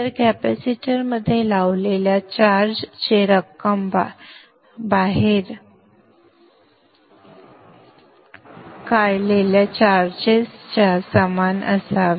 तर कॅपेसिटरमध्ये लावलेल्या चार्ज चे रक्कम बाहेर काढलेल्या चार्जे च्या समान असावी